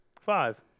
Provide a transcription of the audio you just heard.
Five